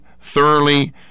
thoroughly